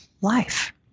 life